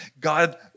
God